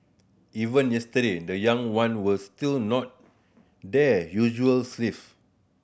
even yesterday the young one were still not their usual